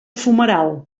fumeral